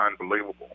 unbelievable